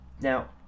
Now